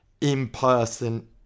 in-person